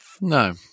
No